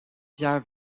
pierre